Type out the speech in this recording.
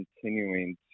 continuing